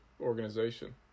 organization